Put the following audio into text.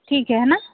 ठीक है है ना